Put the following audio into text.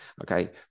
Okay